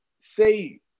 say